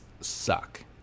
suck